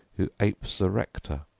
who apes the rector,